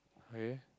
okay